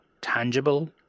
tangible